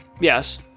Yes